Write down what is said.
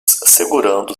segurando